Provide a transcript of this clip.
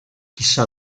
chissà